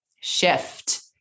shift